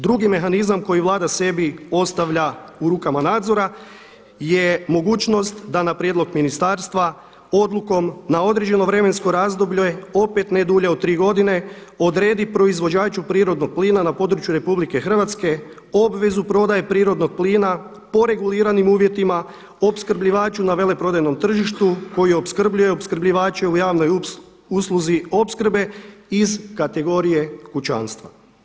Drugi mehanizam koji vlada sebi ostavlja u rukama nadzora je mogućnost da na prijedlog ministarstva odlukom na određeno vremensko razdoblje opet ne dulje od tri godine odredi proizvođaču prirodnog plina na području RH obvezu prodaje prirodnog plina po reguliranim uvjetima opskrbljivaču na veleprodajnom tržištu koji opskrbljuje opskrbljivače u javnoj usluzi opskrbe iz kategorije kućanstva.